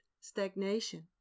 stagnation